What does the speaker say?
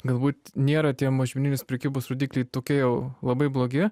galbūt nėra tie mažmeninės prekybos rodikliai tokie jau labai blogi